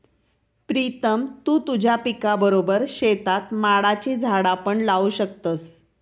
प्रीतम तु तुझ्या पिकाबरोबर शेतात माडाची झाडा पण लावू शकतस